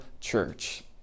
church